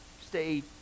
stay